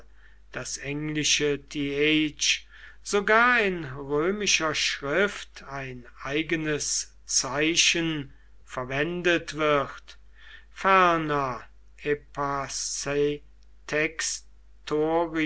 das englische th sogar in römischer schrift ein eigenes zeichen verwendet wird ferner